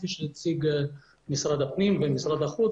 כפי שהציגו משרד הפנים ומשרד החוץ,